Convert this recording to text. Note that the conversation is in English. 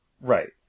Right